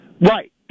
Right